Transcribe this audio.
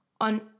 on